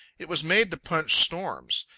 it was made to punch storms.